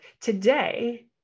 Today